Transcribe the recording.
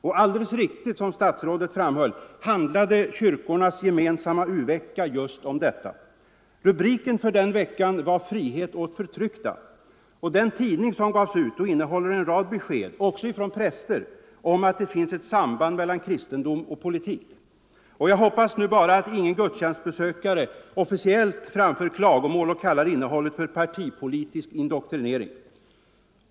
Och alldeles riktigt — som statsrådet framhöll —- handlade kyrkornas gemensamma u-vecka just om detta. Rubriken för den veckan var Frihet åt förtryckta. Den tidning som gavs ut innehåller en rad besked — också från präster — om att det finns ett samband mellan kristendom och politik. Jag hoppas nu bara att ingen gudstjänstbesökare officiellt framför klagomål och kallar innehållet för partipolitisk indoktrinering.